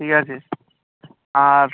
ঠিক আছে আর